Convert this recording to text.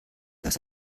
das